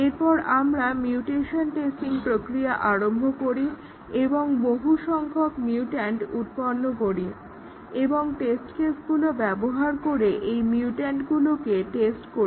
এরপর আমরা mutation testing প্রক্রিয়া আরম্ভ করি অর্থাৎ বহু সংখ্যক মিউট্যান্ট উৎপন্ন করি এবং টেস্ট কেসগুলো ব্যবহার করে এই মিউট্যান্টগুলোকে টেস্ট করি